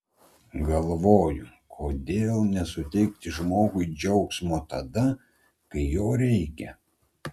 galvoju kodėl nesuteikti žmogui džiaugsmo tada kai jo reikia